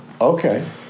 Okay